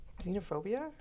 Xenophobia